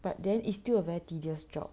but then is still a very tedious job